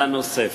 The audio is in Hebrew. עמדה נוספת.